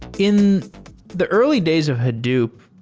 in the early days of hadoop,